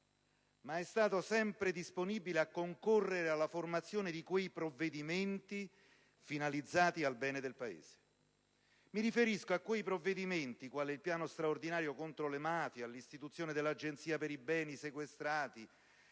ma è stato sempre disponibile a concorrere alla formazione di quei provvedimenti finalizzati al bene del Paese. Mi riferisco a quei provvedimenti quali il piano straordinario contro le mafie, all'istituzione dell'Agenzia per i beni sequestrati